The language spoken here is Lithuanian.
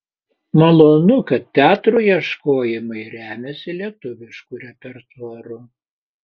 malonu kad teatrų ieškojimai remiasi lietuvišku repertuaru